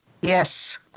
Yes